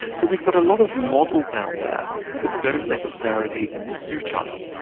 so we've got a lot of models out there that don't necessarily suit us,